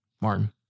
Martin